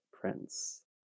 prince